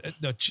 no